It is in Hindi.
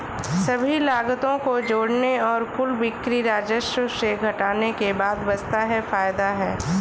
सभी लागतों को जोड़ने और कुल बिक्री राजस्व से घटाने के बाद बचता है फायदा है